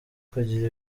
kugira